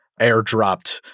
airdropped